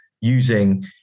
using